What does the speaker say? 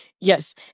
Yes